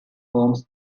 homes